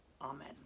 Amen